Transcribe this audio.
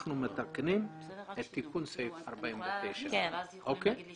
אנחנו מתקנים את תיקון סעיף 49. לכן,